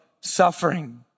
suffering